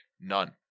None